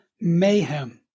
mayhem